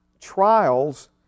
trials